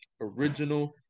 original